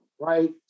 right